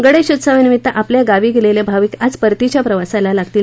गणेशोत्सवानिमित्त आपल्या गावी गेलेले भाविक आज परतीच्या प्रवासाला लागतील